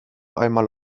einmal